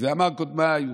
ואמר קודמי,